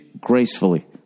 gracefully